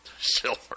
silver